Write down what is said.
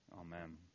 Amen